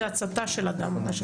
זה הצתה של אדם.